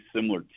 similar